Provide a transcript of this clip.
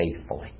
faithfully